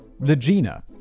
legina